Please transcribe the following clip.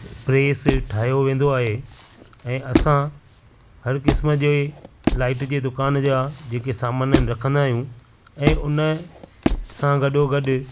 press ठाहियो वेंदो आहे ऐं असां हर क़िस्म जे लाइट जे दुकान जा जेके सामान आहिनि रखंदा आहियूं ऐं उन सां गॾो गॾु